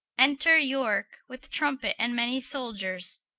enter yorke with trumpet, and many soldiers.